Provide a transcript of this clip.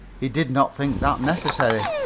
he did not think that necessary.